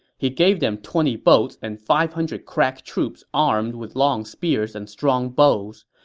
he gave them twenty boats and five hundred crack troops armed with long spears and strong bows.